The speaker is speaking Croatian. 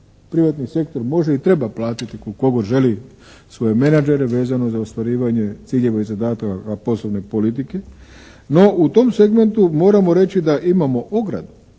Privatni sektor može i treba plaćati koliko tko god želi svoje menadžere vezano za ostvarivanje ciljeva i zadataka poslovne politike, no u tom segmentu moramo reći da imamo ogradu